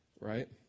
right